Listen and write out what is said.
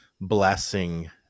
blessing